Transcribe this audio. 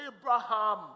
Abraham